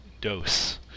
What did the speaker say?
Dose